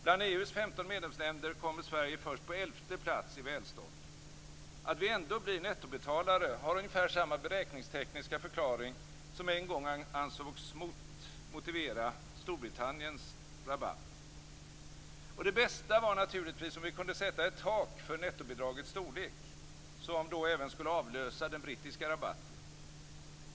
Bland EU:s 15 medlemsländer kommer Sverige först på elfte plats i välstånd. Att vi ändå blir nettobetalare har ungefär samma beräkningstekniska förklaring som en gång ansågs motivera Storbritanniens rabatt. Det bästa vore naturligtvis att sätta ett tak för nettobidragets storlek, som då även skulle avlösa den brittiska rabatten.